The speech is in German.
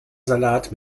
salat